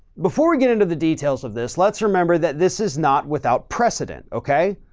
before we get into the details of this, let's remember that this is not without precedent. okay?